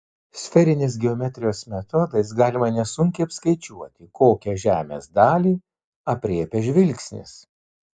sferinės geometrijos metodais galima nesunkiai apskaičiuoti kokią žemės dalį aprėpia žvilgsnis